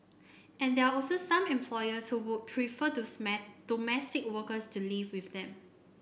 and there are also some employers who would prefer domestic workers to live with them